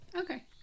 Okay